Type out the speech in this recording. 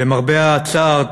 למרבה הצער,